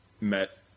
met